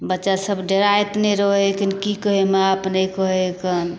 बच्चा सभ डराइत नहि रहै है कन कि कहै हय मैं बाप अपने कहै हय कन